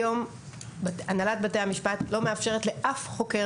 היום הנהלת בתי המשפט לא מאפשרת לאף חוקר